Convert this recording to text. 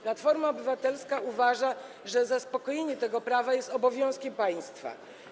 Platforma Obywatelska uważa, że zaspokojenie tego prawa jest obowiązkiem państwa.